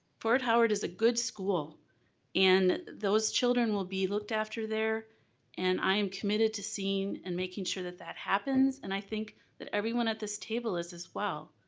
fort howard is a good school and those children will be looked after there and i am committed to seeing and making sure that that happens, and i think that everyone at this table is as well.